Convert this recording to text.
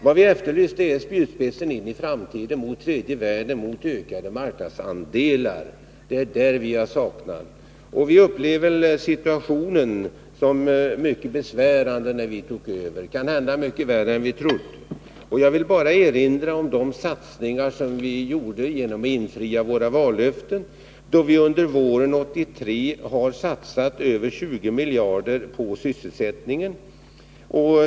Vad vi har efterlyst är en spjutspets i framtiden mot tredje världen och ökade marknadsandelar. När vi tog över ansvaret upplevde vi situationen som mycket besvärande — kanhända t.o.m. mycket värre än vi hade trott. Jag vill bara erinra om de satsningar som vi gjort i och med infriandet av våra vallöften. Under våren 1983 har vi satsat över 20 miljarder på sysselsättningen.